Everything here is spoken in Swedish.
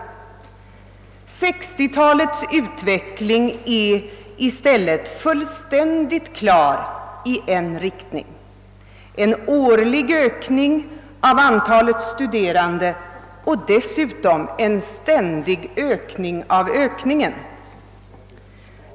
Utvecklingen under 1960-talet är i stället helt entydig och går i en och samma riktning: en årlig ökning av antalet studerande och dessutom en ständig ökning av ökningen.